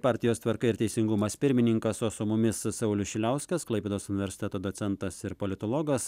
partijos tvarka ir teisingumas pirmininkas o su mumis saulius šiliauskas klaipėdos universiteto docentas ir politologas